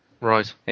Right